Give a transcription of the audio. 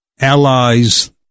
allies